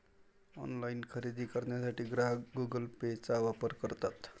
online खरेदी करण्यासाठी ग्राहक गुगल पेचा वापर करतात